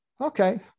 Okay